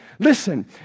Listen